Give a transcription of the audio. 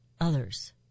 others